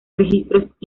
registros